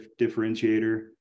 differentiator